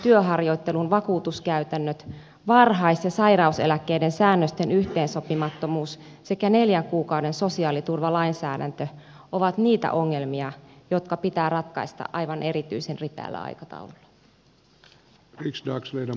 työharjoittelun vakuutuskäytännöt varhais ja sairauseläkkeiden säännösten yhteensopimattomuus sekä neljän kuukauden sosiaaliturvalainsäädäntö ovat niitä ongelmia jotka pitää ratkaista aivan erityisen ripeällä aikataululla